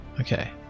okay